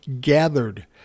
gathered